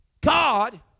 God